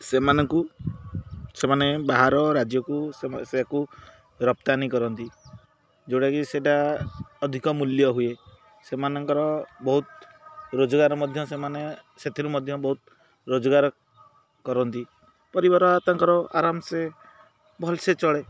ସେମାନଙ୍କୁ ସେମାନେ ବାହାର ରାଜ୍ୟକୁ ସେ ସେକୁ ରପ୍ତାନି କରନ୍ତି ଯେଉଁଟାକି ସେଇଟା ଅଧିକ ମୂଲ୍ୟ ହୁଏ ସେମାନଙ୍କର ବହୁତ ରୋଜଗାର ମଧ୍ୟ ସେମାନେ ସେଥିରୁ ମଧ୍ୟ ବହୁତ ରୋଜଗାର କରନ୍ତି ପରିବାର ତାଙ୍କର ଆରାମସେ ଭଲସେ ଚଳେ